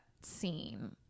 scene